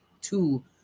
two